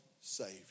Savior